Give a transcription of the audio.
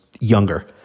younger